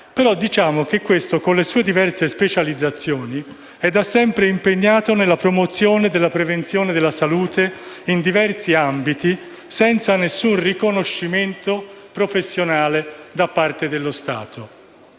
ma tale figura, con le sue diverse specializzazioni, è da sempre impegnata nella promozione della prevenzione e della salute in diversi ambiti, senza alcun riconoscimento professionale da parte dello Stato.